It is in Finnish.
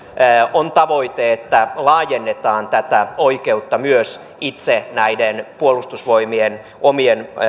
on tavoite että laajennetaan tätä oikeutta myös näiden puolustusvoimien omien